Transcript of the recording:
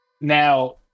now